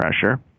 pressure